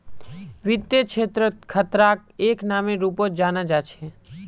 वित्त क्षेत्रत खतराक एक नामेर रूपत जाना जा छे